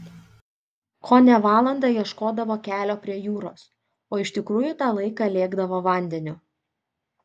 kone valandą ieškodavo kelio prie jūros o iš tikrųjų tą laiką lėkdavo vandeniu